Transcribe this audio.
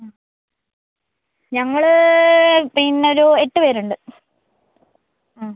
ആ ഞങ്ങൾ പിന്നൊരു എട്ട് പേരുണ്ട്